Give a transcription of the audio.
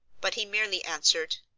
but he merely answered,